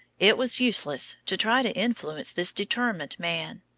it was useless to try to influence this determined man.